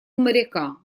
моряка